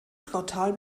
quartal